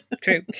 true